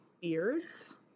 beards